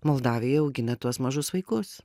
moldavijoj augina tuos mažus vaikus